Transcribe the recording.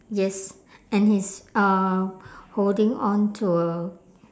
yes and he's uh holding on to a